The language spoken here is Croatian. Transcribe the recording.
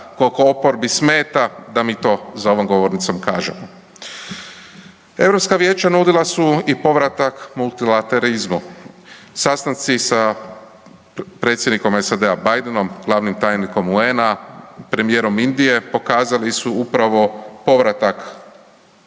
kolko oporbi smeta da mi to za ovom govornicom kažemo. Europska vijeća nudila su i povratak multilaterizmu. Sastanci sa predsjednikom SAD-a Bidenom, glavnim tajnikom UN-a, premijerom Indije, pokazali su upravo povratak važnosti